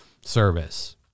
service